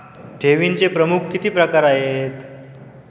ठेवीचे प्रमुख किती प्रकार आहेत?